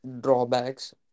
drawbacks